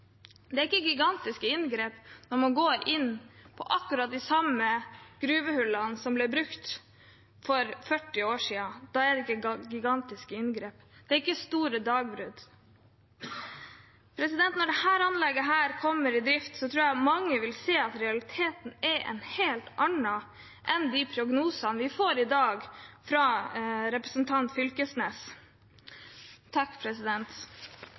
Det er ikke gigantiske inngrep når man går inn på akkurat de samme gruvehullene som ble brukt for 40 år siden. Da er det ikke gigantiske inngrep. Det er ikke store dagbrudd. Når dette anlegget her kommer i drift, tror jeg mange vil se at realiteten er en helt annen enn de prognosene vi får i dag fra representanten Knag Fylkesnes.